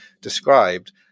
described